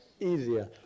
easier